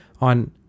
on